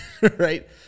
right